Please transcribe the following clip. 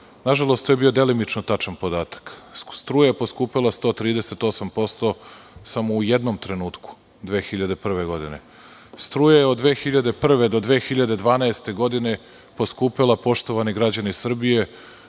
Na žalost, to je bio delimično tačan podatak. Struja je poskupela 138% samo u jednom trenutku – 2001. godine. Struja je od 2001. do 2012. godine poskupela, poštovani građani Srbije,